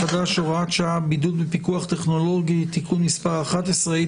החדש (הוראת שעה) (בידוד בפיקוח טכנולוגי) (תיקון מס' 11),